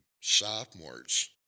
sophomores